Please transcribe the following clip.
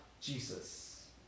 Jesus